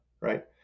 right